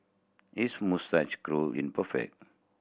his moustache curl in perfect